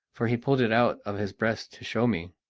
for he pulled it out of his breast to show me.